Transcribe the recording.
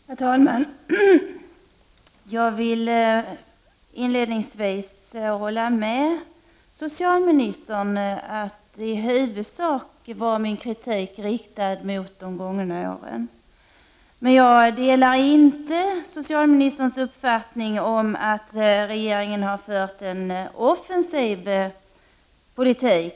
Herr talman! Jag vill inledningsvis säga att jag håller med socialministern om att min kritik i huvudsak var riktad mot åtgärderna de gångna åren. Men jag delar inte socialministerns uppfattning om att regeringen har fört en offensiv politik.